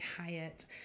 Hyatt